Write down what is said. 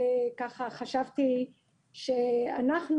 שאלת שאלה מי מתחלל את האירוע וחשבתי שאנחנו,